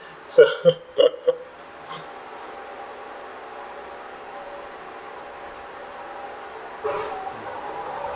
so